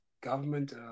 government